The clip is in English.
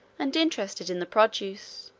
and interested in the produce,